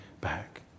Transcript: back